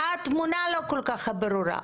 התמונה לא כל כך ברורה.